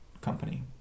company